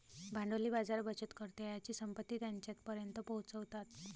भांडवली बाजार बचतकर्त्यांची संपत्ती त्यांच्यापर्यंत पोहोचवतात